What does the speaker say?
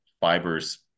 fibers